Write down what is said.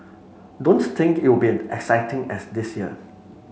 don't think it will be as exciting as this year